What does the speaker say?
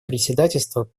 председательства